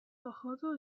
合作